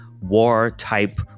war-type